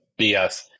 BS